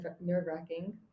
nerve-wracking